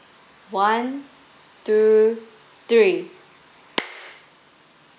one two three